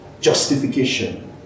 justification